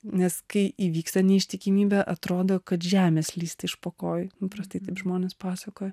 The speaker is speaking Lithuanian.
nes kai įvyksta neištikimybė atrodo kad žemė slysta iš po kojų paprastai žmonės pasuka